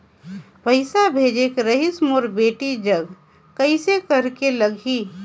पइसा भेजेक रहिस मोर बेटी जग कइसे करेके लगही?